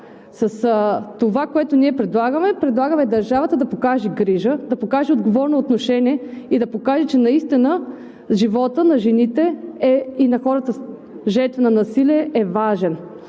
С това, което ние предлагаме, предлагаме държавата да покаже грижа, да покаже отговорно отношение и да покаже, че наистина животът на жените и на хората, жертви на насилие, е важен.